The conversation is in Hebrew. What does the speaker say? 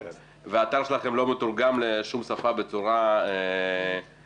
והאתר שלכם לא מתורגם לשום שפה בצורה נורמלית,